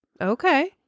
Okay